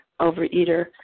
overeater